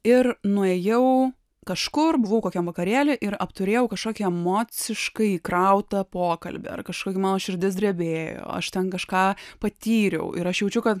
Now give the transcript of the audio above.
ir nuėjau kažkur buvau kokiam vakarėlyje ir apturėjau kažkokį emociškai įkrautą pokalbį ar kažkokį mano širdis drebėjo aš ten kažką patyriau ir aš jaučiu kad